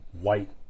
white